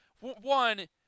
One